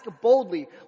boldly